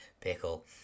Pickle